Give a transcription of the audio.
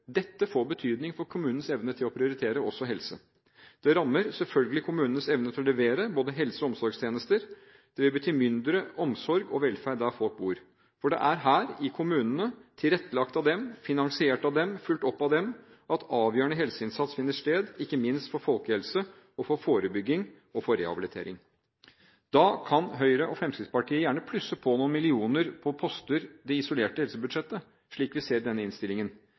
Dette får betydning for kommunenes evne til å prioritere, også helse. Det rammer selvfølgelig kommunenes evne til å levere både helsetjenester og omsorgstjenester. Det vil bety mindre omsorg og velferd der folk bor. For det er i kommunene – tilrettelagt av dem, finansiert av dem, fulgt opp av dem – at avgjørende helseinnsats finner sted, ikke minst for folkehelse, for forebygging og for rehabilitering. Da kan Høyre og Fremskrittspartiet gjerne plusse på noen millioner på poster i det isolerte helsebudsjettet, slik vi ser i denne innstillingen,